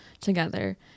together